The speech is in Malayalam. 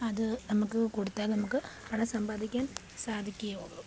അത് നമുക്ക് കൊടുത്താൽ നമുക്ക് പണം സമ്പാദിക്കാൻ സാധിക്കുകയുള്ളു